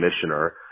commissioner